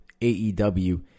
AEW